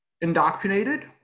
indoctrinated